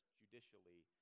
judicially